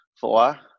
Four